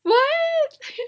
what